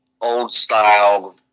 old-style